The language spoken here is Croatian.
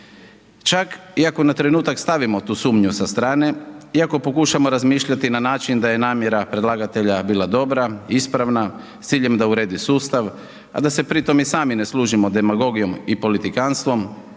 Čak iako na trenutak stavimo tu sumnju sa strane, i ako pokušamo razmišljati na način da je namjera predlagatelja bila dobra, ispravna, s ciljem da uredi sustav a da se pri tome i sami ne služimo demagogijom i politikanstvom